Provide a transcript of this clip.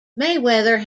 mayweather